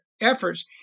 efforts